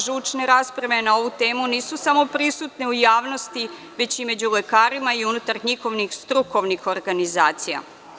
Žučne rasprave na ovu temu nisu samo prisutne u javnosti već i među lekarima i unutar njihovih strukovnih organizacija.